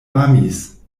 amis